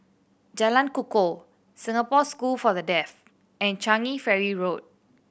Jalan Kukoh Singapore School for The Deaf and Changi Ferry Road